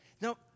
No